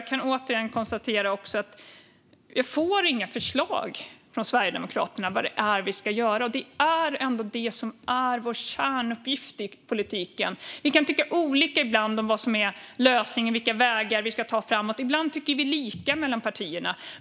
Jag kan återigen konstatera att jag inte får några förslag från Sverigedemokraterna om vad vi ska göra. Det är ändå vår kärnuppgift i politiken. Vi kan tycka olika om lösningar och vilka vägar som ska tas framåt. Ibland tycker vi lika mellan partierna.